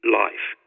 life